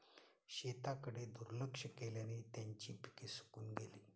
शेताकडे दुर्लक्ष केल्याने त्यांची पिके सुकून गेली